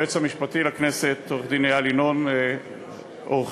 היועץ המשפטי לכנסת עורך-דין איל ינון, אורחים,